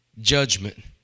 judgment